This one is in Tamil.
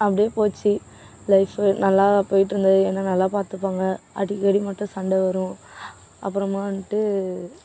அப்படியே போச்சு லைஃபு நல்லா போய்ட்டுருந்தது என்னை நல்லா பார்த்துப்பாங்க அடிக்கடி மட்டும் சண்டை வரும் அப்புறமா வந்துட்டு